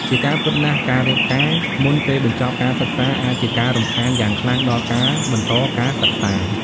ជាការពិតណាស់ ការរៀបការមុនពេលបញ្ចប់ការសិក្សាអាចជាការរំខានយ៉ាងខ្លាំងដល់ការបន្តការសិក្សា ។